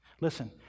Listen